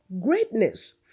greatness